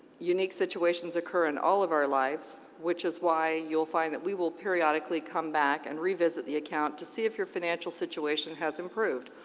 unique situations occur in all of our lives, which is why you'll find that we will periodically come back and revisit the account to see if your financial situation has improved.